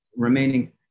remaining